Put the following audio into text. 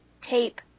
tape